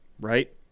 right